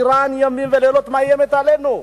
אירן ימים ולילות מאיימת עלינו.